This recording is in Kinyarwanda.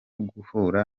guhura